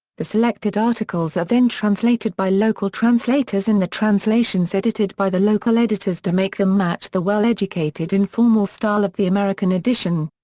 the selected articles are then translated by local translators and the translations edited by the local editors to make them match the well-educated informal style of the american edition.